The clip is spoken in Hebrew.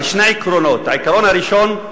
העיקרון הראשון,